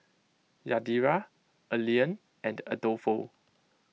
Yadira Allean and Adolfo